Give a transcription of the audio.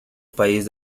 país